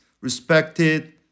respected